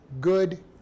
good